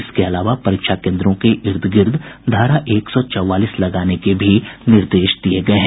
इसके अलावा परीक्षा केन्द्रों के इर्द गिर्द धारा एक सौ चौवालीस लगाने की निर्देश दिये गये हैं